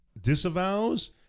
disavows